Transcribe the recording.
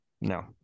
no